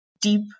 deep